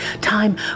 time